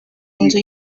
inzu